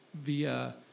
via